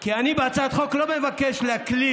כי אני בהצעת חוק לא מבקש להקליד